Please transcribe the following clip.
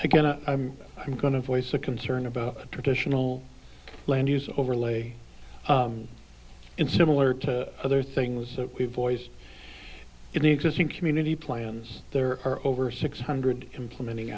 again i'm going to voice a concern about traditional land use overlay and similar to other things that we've always in the existing community plans there are over six hundred implementing